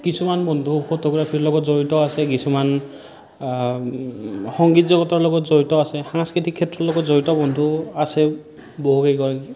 কিছুমান বন্ধু ফটোগ্ৰাফিৰ লগত জড়িত আছে কিছুমান সংগীত জগতৰ লগত জড়িত আছে সাংস্কৃতিক ক্ষেত্ৰৰ লগত জড়িত বন্ধু আছে বহু কেইগৰাকী